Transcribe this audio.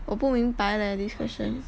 我不明白 leh this question